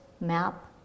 map